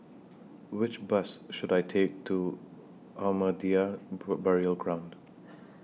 Which Bus should I Take to Ahmadiyya Burial Ground